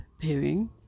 pairing